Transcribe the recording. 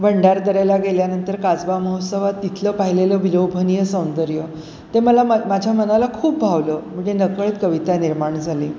भंडारदऱ्याला गेल्यानंतर काजबा महोत्सवात तिथलं पाहिलेलं विलोभनीय सौंदर्य ते मला मग माझ्या मनाला खूप भावलं म्हणजे नकळत कविता निर्माण झाली